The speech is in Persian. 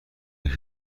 یکی